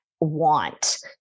want